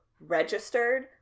registered